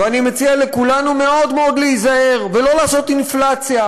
ואני מציע לכולנו להיזהר מאוד ולא לעשות אינפלציה,